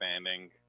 expanding